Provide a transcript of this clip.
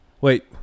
Wait